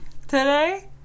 today